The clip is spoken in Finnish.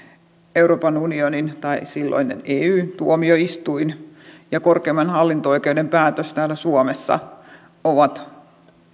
euroopan unionin tai silloin eyn tuomioistuin ja korkeimman hallinto oikeuden päätös täällä suomessa ovat